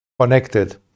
connected